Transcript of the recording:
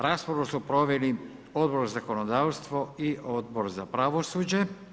Raspravu su proveli Odbor za zakonodavstvo i Odbor za pravosuđe.